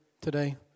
today